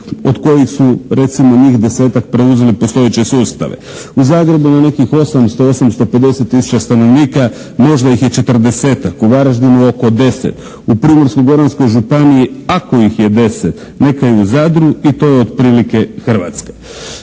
od kojih su recimo njih 10-tak preuzeli postojeće sustave, u Zagrebu na nekih 800, 850 tisuća stanovnika možda ih je 40-tak, u Varaždinu oko 10, u Primorsko-goranskoj županiji ako ih je 10, neka i u Zadru i to je otprilike Hrvatska.